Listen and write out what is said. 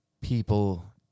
people